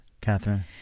Catherine